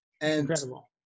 Incredible